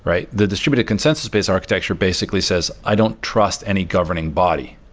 right? the distributed consensus-based architecture basically says, i don't trust any governing body.